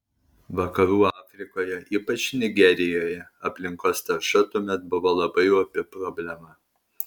vakarų afrikoje ypač nigerijoje aplinkos tarša tuomet buvo labai opi problema